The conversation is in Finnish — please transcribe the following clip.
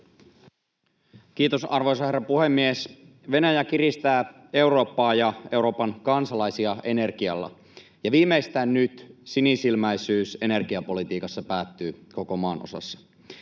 Kiitos, arvoisa herra puhemies! Venäjä kiristää Eurooppaa ja Euroopan kansalaisia energialla, ja viimeistään nyt sinisilmäisyys energiapolitiikassa päättyy koko maanosassa.